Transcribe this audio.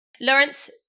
Lawrence